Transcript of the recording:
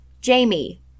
Jamie